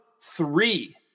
three